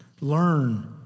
Learn